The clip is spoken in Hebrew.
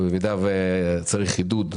ובמידה וצריך חידוד,